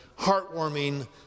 heartwarming